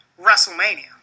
WrestleMania